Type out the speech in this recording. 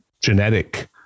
genetic